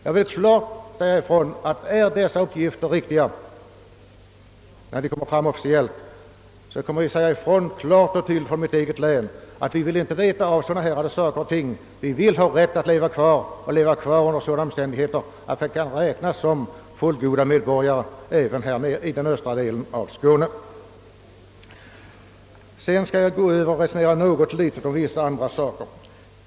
Om dessa uppgifter visar sig vara riktiga, kommer vi i mitt eget län att klart och tydligt säga ifrån att vi inte vill veta av något dylikt. Vi vill ha rätt att leva kvar under sådana omständigheter ati även vi i den östra delen av Skåne kan räknas som fullgoda medborgare. Jag skulle vilja resonera något litet om vissa andra saker.